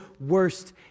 worst